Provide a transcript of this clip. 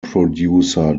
producer